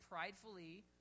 pridefully